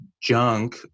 junk